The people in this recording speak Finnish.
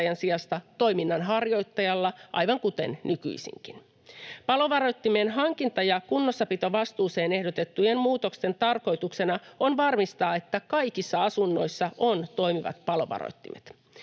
sijasta toiminnanharjoittajalla, aivan kuten nykyisinkin. Palovaroittimien hankinta- ja kunnossapitovastuuseen ehdotettujen muutosten tarkoituksena on varmistaa, että kaikissa asunnoissa on toimivat palovaroittimet.